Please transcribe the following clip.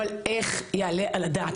אבל איך יעלה על הדעת?